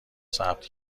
ثبت